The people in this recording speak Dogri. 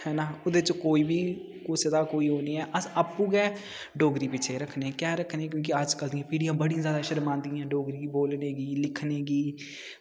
है ना ओह्दे च कोई बी कुसै दा कोई ओह् निं ऐ अस आपूं गै डोगरी पिच्छें रक्खने कैंह् रक्खने क्योंकि अज्जकल दी पीढ़ियां बड़ी ज्यादा शर्मांदियां डोगरी बोलने गी लिखने गी